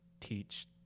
teach